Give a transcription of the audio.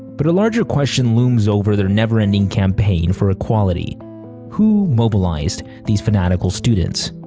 but a larger question looms over their never-ending campaign for equality who mobilized these fanatical students?